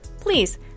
Please